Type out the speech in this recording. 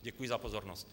Děkuji za pozornost.